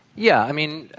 yeah, i mean,